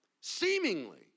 seemingly